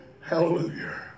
Hallelujah